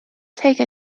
take